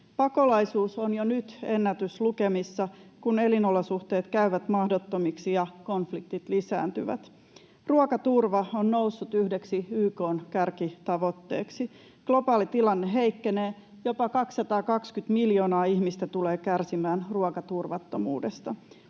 Pakolaisuus on jo nyt ennätyslukemissa, kun elinolosuhteet käyvät mahdottomiksi ja konfliktit lisääntyvät. Ruokaturva on noussut yhdeksi YK:n kärkitavoitteeksi. Globaali tilanne heikkenee, jopa 220 miljoonaa ihmistä tulee kärsimään ruokaturvattomuudesta.